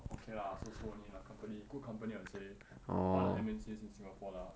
okay lah so so only lah company good company I would say part of the M_N_C in singapore lah